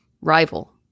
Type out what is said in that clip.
rival